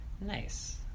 Nice